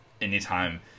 anytime